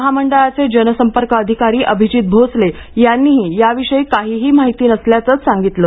महामंडळाचे जनसंपर्क अधिकारी अभिजित भोसले यांनीही याविषयी काहीही माहिती नसल्याचंच सांगितलं